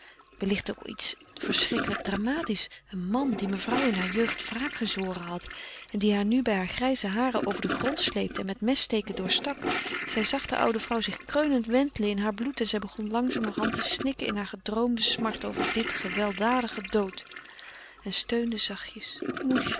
wellicht ook iets verschrikkelijk dramatisch een man die mevrouw in hare jeugd wraak gezworen had en die haar nu bij heure grijze haren over den grond sleepte en met messteken doorstak zij zag de oude vrouw zich kreunend wentelen in haar bloed en zij begon langzamerhand te snikken in hare gedroomde smart over dien gewelddadigen dood en steunde zachtjes